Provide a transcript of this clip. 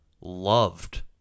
loved